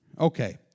Okay